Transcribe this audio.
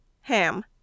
HAM